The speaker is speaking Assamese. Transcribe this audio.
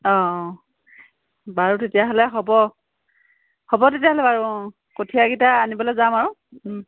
অঁ বাৰু তেতিয়াহ'লে হ'ব হ'ব তেতিয়াহ'লে বাৰু অঁ কঠীয়া কেইডাল আনিবলৈ যাম আৰু